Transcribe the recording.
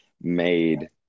made